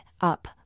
Up